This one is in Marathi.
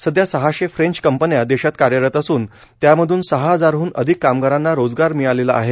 सध्या सहाशे फ्रेंच कंपन्या देशात कार्यरत असून त्यामधून सहा हजाराहन अधिक कामगारांना रोजगार मिळालेला आहे